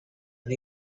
and